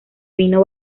vino